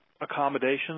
accommodations